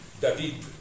David